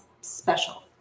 special